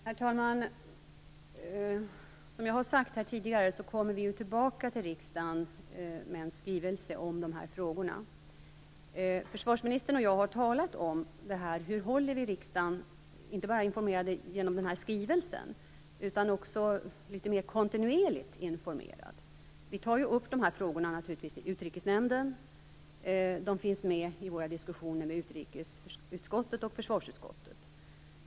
Herr talman! Som jag har sagt tidigare kommer vi tillbaka till riksdagen med en skrivelse om de här frågorna. Försvarsministern och jag har talat om hur vi skall hålla riksdagen informerad, inte bara genom den här skrivelsen utan litet mer kontinuerligt. Vi tar naturligtvis upp de här frågorna i Utrikesnämnden, och de finns med i våra diskussioner med utrikesutskottet och försvarsutskottet.